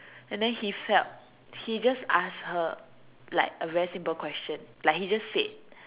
and then he felt he just asked a her like a very simple question like he just said